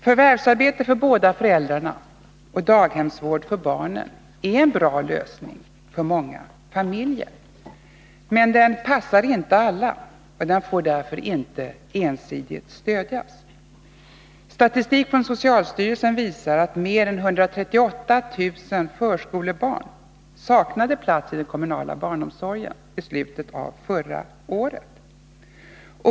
Förvärvsarbete för båda föräldrarna och daghemsvård för barnen är en bra lösning för många familjer. Men den passar inte alla, och den får därför inte ensidigt stödjas. Statistik från socialstyrelsen visar att mer än 138 000 förskolebarn saknade plats i den kommunala barnomsorgen i slutet av förra året.